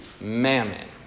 mammon